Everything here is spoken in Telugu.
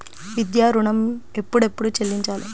విద్యా ఋణం ఎప్పుడెప్పుడు చెల్లించాలి?